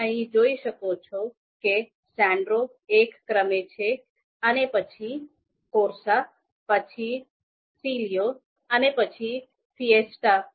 તમે અહીં જોઈ શકો છો કે સાન્ડેરો એક ક્રમે છે અને પછી કોર્સા પછી ક્લિઓ અને પછી ફિયેસ્ટા